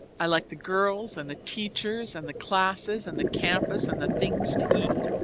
i like the girls and the teachers and the classes and the campus and the things to eat.